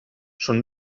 són